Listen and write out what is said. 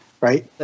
right